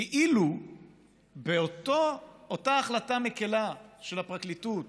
כאילו באותה החלטה מקילה של הפרקליטות